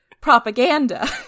propaganda